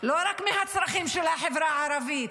לא רק מהצרכים של החברה הערבית.